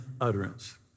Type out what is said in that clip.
utterance